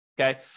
okay